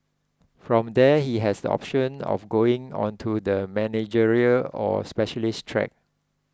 from there he has the option of going on to the managerial or specialist track